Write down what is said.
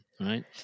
right